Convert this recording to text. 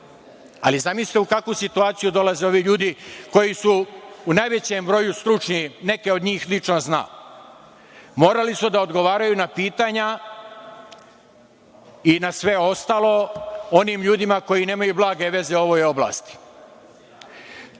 ali zamislite u kakvu situaciju dolaze ovi ljudi koji su u najvećem broju stručni, neke od njih lično znam. Morali su da odgovaraju na pitanja i na sve ostalo onim ljudima koji nemaju blage veze o ovoj oblasti.